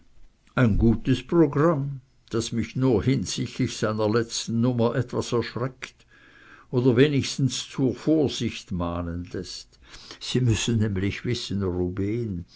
ein gutes programm das mich nur hinsichtlich seiner letzten nummer etwas erschreckt oder wenigstens zur vorsicht mahnen läßt sie müssen nämlich wissen